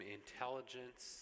intelligence